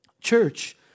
Church